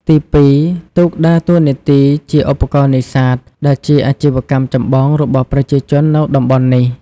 ទីពីរ ទូកដើរតួនាទីជា ឧបករណ៍នេសាទ ដែលជាអាជីវកម្មចម្បងរបស់ប្រជាជននៅតំបន់នេះ។